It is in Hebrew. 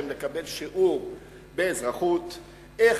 לקבל שיעור באזרחות באחת הפעמים הראשונות בחיים שלהם,